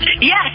Yes